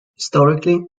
historically